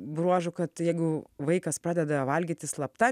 bruožų kad jeigu vaikas pradeda valgyti slapta